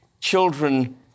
children